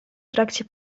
trakcie